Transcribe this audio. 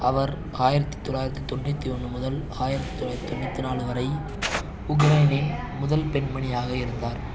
அவர் ஆயிரத்தி தொள்ளாயிரத்தி தொண்ணூற்றி ஒன்று முதல் ஆயிரத்தி தொள்ளாயிரத்தி தொண்ணூத்தி நாலு வரை உக்ரைனின் முதல் பெண்மணியாக இருந்தார்